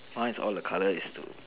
mine all the colour is to